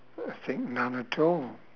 I think none at all